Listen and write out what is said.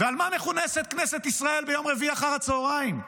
ועל מה מכונסת כנסת ישראל ביום רביעי אחר הצוהריים?